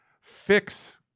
fix